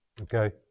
okay